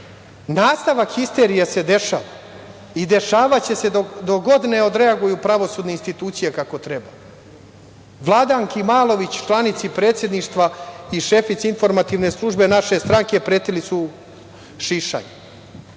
Vučića. Nastavak histerije se dešava i dešavaće se dok god ne odreaguju pravosudne institucije kako treba. Vladanki Malović, članici Predsedništva i šefici informativne službe naše stranke pretili su šišanjem.